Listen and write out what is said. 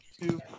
two